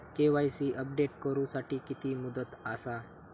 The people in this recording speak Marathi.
के.वाय.सी अपडेट करू साठी किती मुदत आसा?